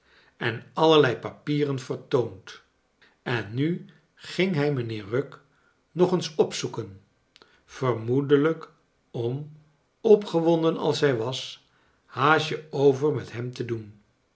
en allerlei papieren vertoond en nu ging hij mijnheer rugg nog eens opzoeken vermoedelijk om opgewonden als hij was haasje over met hem te doen